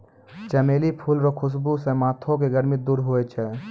चमेली फूल रो खुशबू से माथो के गर्मी दूर होय छै